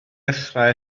dechrau